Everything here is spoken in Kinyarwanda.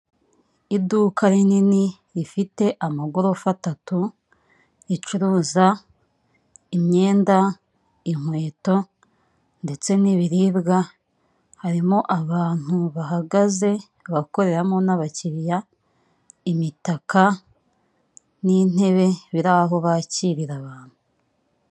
Iduka rinini rifite amagorofa atatu, ricuruza imyenda, inkweto ndetse n'ibiribwa, harimo abantu bahagaze, abakoreramo n'abakiliya, imitaka n'intebe biri aho bakirira abantu.